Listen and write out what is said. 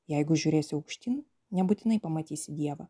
jeigu žiūrėsi aukštyn nebūtinai pamatysi dievą